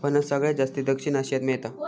फणस सगळ्यात जास्ती दक्षिण आशियात मेळता